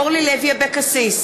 אורלי לוי אבקסיס,